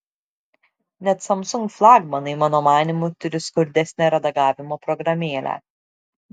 net samsung flagmanai mano manymu turi skurdesnę redagavimo programėlę